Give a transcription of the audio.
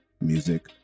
music